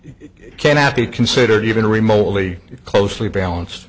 it cannot be considered even remotely closely balanced